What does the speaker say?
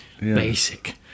Basic